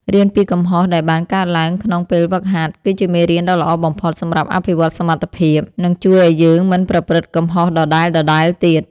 រៀនពីកំហុសដែលបានកើតឡើងក្នុងពេលហ្វឹកហាត់គឺជាមេរៀនដ៏ល្អបំផុតសម្រាប់អភិវឌ្ឍសមត្ថភាព និងជួយឱ្យយើងមិនប្រព្រឹត្តកំហុសដដែលៗទៀត។